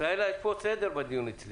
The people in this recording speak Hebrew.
ישראלה, יש פה סדר בדיון אצלי.